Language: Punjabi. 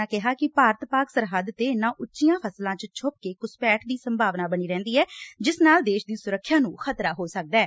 ਉਨ੍ਹਾਂ ਕਿਹਾ ਕਿ ਭਾਰਤ ਪਾਕਿਸਤਾਨ ਸਰਹੱਦ ਤੇ ਇਨਾ ਊੱਚੀਆਂ ਫਸਲਾਂ ਚ ਛੱਪ ਕੇ ਘੁਸਪੈਟ ਦੀ ਸੰਭਾਵਨਾ ਬਣੀ ਰਹਿੰਦੀ ਐ ਜਿਸ ਨਾਲ ਦੇਸ਼ ਦੀ ਸੁਰੱਖਿਆ ਨੂੰ ਖ਼ਤਰਾ ਹੋ ਸਕਦੈ